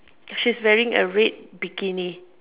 she's wearing a red bikini